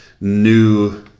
new